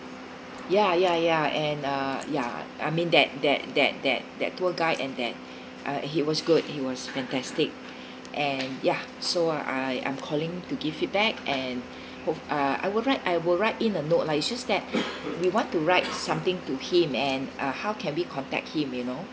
ya ya ya and uh ya I mean that that that that that tour guide and that uh he was good he was fantastic and ya so I I'm calling to give feedback and hop~ uh I would write I would write in a note lah it just that we want to write something to him and uh how can we contact him you know